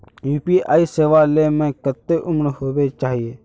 UPI सेवा ले में कते उम्र होबे के चाहिए?